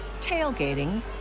tailgating